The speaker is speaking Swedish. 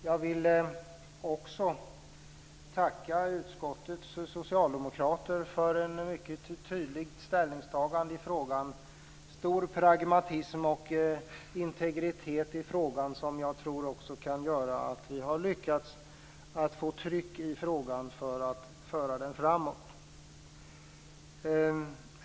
Jag vill också tacka utskottets socialdemokrater för ett mycket tydligt ställningstagande, en stor pragmatism och integritet i frågan, som jag tror har bidragit till att vi har lyckats få ett tryck när det gäller att föra frågan framåt.